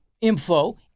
info